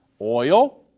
oil